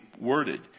worded